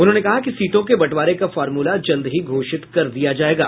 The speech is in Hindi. उन्होंने कहा कि सीटों के बंटवारे का फार्मूला जल्द ही घोषित कर दिया जाएगा